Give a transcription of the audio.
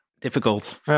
Difficult